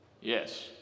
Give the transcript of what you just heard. Yes